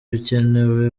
ibikenewe